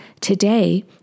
Today